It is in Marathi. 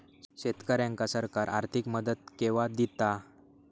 शेतकऱ्यांका सरकार आर्थिक मदत केवा दिता?